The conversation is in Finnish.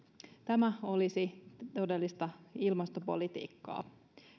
tämä olisi todellista ilmastopolitiikkaa